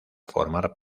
formar